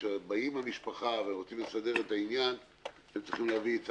כשבאה המשפחה ורוצה להסדיר את העניין בני המשפחה